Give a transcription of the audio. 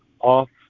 off